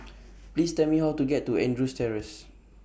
Please Tell Me How to get to Andrews Terrace